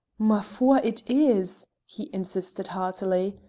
ma foi! it is, he insisted heartily.